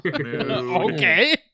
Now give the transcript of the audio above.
Okay